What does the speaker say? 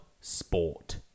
sport